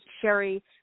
Sherry